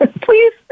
please